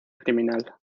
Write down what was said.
criminal